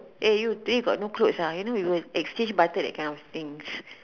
eh you today got no clothes ah you know we would exchanged butter that kind of things